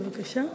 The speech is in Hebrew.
בבקשה.